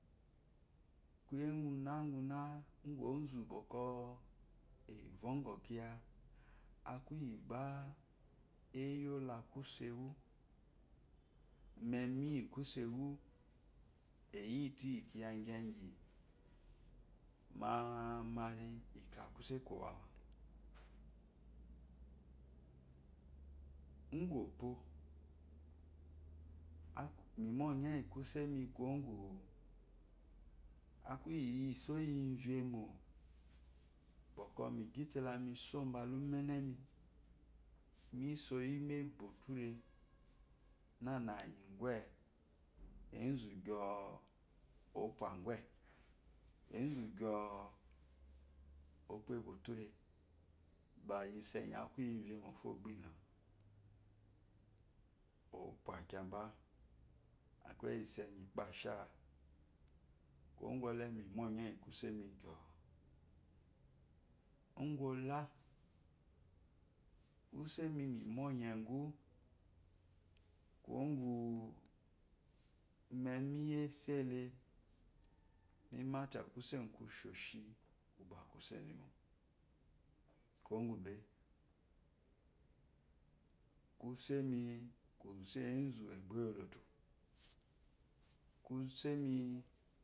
Kuye guna gune gun bwɔkwɔ ozu avyugɔ kiya eye la kuse wu emi iyi kusewu eyitu iyi kiyi gygyi mamari ika kuse kowama ingɔpwo me monye iyi kuse mi kuwoko isoyi fo akuyi fremo bwɔkwɔ migyte lamisu bala umenemi misoyi mebuture nan igwe enzu gyoo opa igwe enzu gyoo ope ebuture ba isoenyi akuyi vemofo gba engau opa kyaba akeyi isonyi ikpesha kuwogɔle mimonye iyi kuse migyoo ugu ola kuse mi mimonyge gu kuwo gu meni yi esele mimata kuse gun kusheshi kuba kuse mimo kuwo gube kuse mi koze ezu oyi egboyoloto kuse mi.